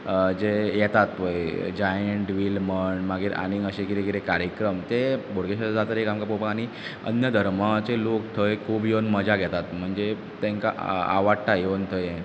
जे येतात पय giant wheel म्हण मागीर आनीक अशें कितें कितें कार्यक्रम ते बोडगेश्वर जात्रेक आमकां पोवपाक आनी अन्य धर्माचे लोक थंय खूब योवन मजा घेतात म्हणजे तेंकां आवडटा योवन थंय